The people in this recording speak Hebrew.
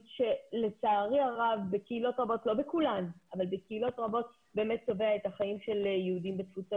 שלצערי הרב בקהילות רבות- לא כולן צובע את החיים של יהודים בתפוצות.